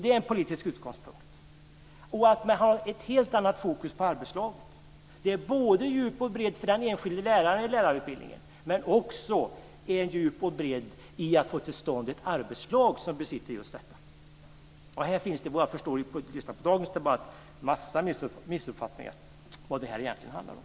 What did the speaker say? Det är en politisk utgångspunkt. Man måste också ha ett helt annat fokus på arbetslaget. Det handlar om såväl djup och bredd för den enskilde läraren i lärarutbildningen som djup och bredd i att få till stånd ett arbetslag som besitter just detta. Här finns det, efter vad jag förstår efter att ha lyssnat på dagens debatt, en massa missuppfattningar om vad det här egentligen handlar om.